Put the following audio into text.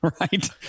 Right